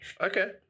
Okay